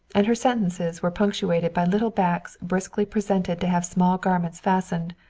and her sentences were punctuated by little backs briskly presented to have small garments fastened,